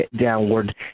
downward